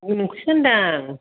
नोंखौसो होनदां